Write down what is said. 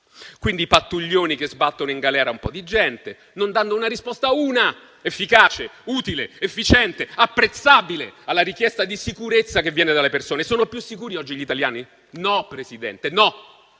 Quindi pattuglioni che sbattono in galera un po' di gente non danno una risposta, una, efficace, utile, efficiente e apprezzabile alla richiesta di sicurezza che viene dalle persone. Sono più sicuri oggi gli italiani? No, Presidente. Sono